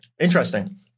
Interesting